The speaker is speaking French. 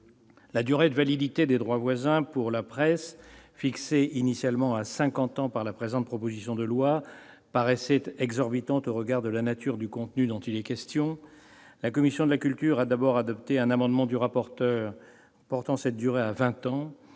La durée de validité des droits voisins pour la presse, fixée initialement à cinquante ans par la présente proposition de loi, paraissait exorbitante au regard de la nature du contenu dont il est question. La commission de la culture a d'abord adopté un amendement du rapporteur visant à porter cette durée à vingt